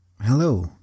Hello